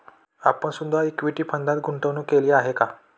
आपण सुद्धा इक्विटी फंडात गुंतवणूक केलेली आहे का?